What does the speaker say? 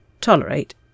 tolerate